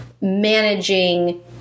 managing